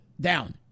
down